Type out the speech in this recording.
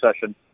session